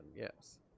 yes